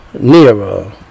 nearer